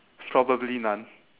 probably none